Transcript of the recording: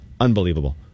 Unbelievable